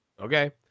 Okay